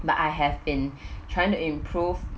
but I have been trying to improve